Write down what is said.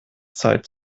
zeit